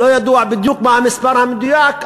לא ידוע בדיוק מה המספר המדויק,